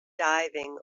diving